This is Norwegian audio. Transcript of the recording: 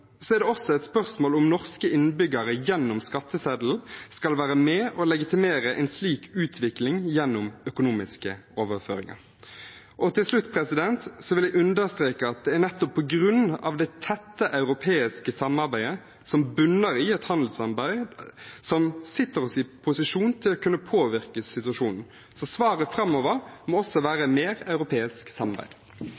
er det også et spørsmål om norske innbyggere via skatteseddelen skal være med og legitimere en slik utvikling gjennom økonomiske overføringer. Til slutt vil jeg understreke at det nettopp er det tette europeiske samarbeidet som bunner i et handelssamarbeid, som setter oss i en posisjon til å kunne påvirke situasjonen. Så svaret framover må også være